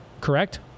correct